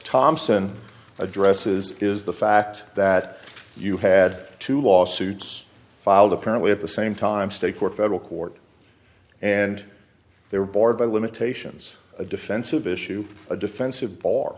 thompson addresses is the fact that you had two lawsuits filed apparently at the same time state court federal court and they were bored by limitations a defensive issue a defensive b